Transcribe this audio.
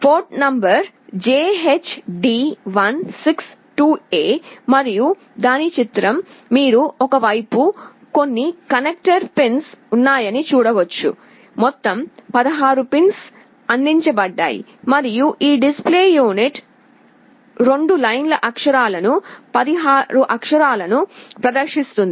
part number JHD162A మరియు ఇది దాని చిత్రం మీరు ఒక వైపు కొన్ని కనెక్టర్ పిన్స్ ఉన్నాయని చూడవచ్చు మొత్తం 16 పిన్స్ అందించబడ్డాయి మరియు ఈ డిస్ప్లే యూనిట్ 2 లైన్ల అక్షరాలను 16 అక్షరాలను ప్రదర్శిస్తుంది